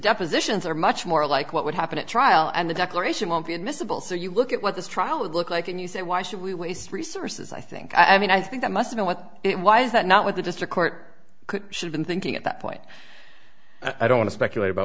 depositions are much more like what would happen at trial and the declaration won't be admissible so you look at what this trial would look like and you say why should we waste resources i think i mean i think i must know what it why is that not what the district court could have been thinking at that point i don't want to speculate about